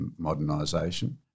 modernisation